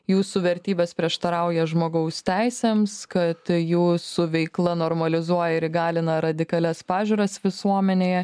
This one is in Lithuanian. jūsų vertybės prieštarauja žmogaus teisėms kad jūsų veikla normalizuoja ir įgalina radikalias pažiūras visuomenėje